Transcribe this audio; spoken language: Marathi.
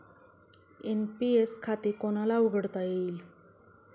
एन.पी.एस खाते कोणाला उघडता येईल?